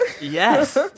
Yes